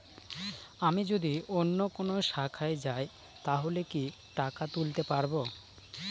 আমি যদি অন্য কোনো শাখায় যাই তাহলে কি টাকা তুলতে পারব?